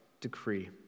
decree